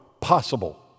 possible